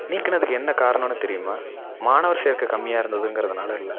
நீக்கினதுக்கு என்ன காரணன்னு தெரியுமா மாணவர் சேர்க்கை கம்மியாக இருந்ததுங்குறதுனால் இல்லை